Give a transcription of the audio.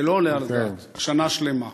זה לא עולה על הדעת, שנה שלמה.